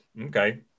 Okay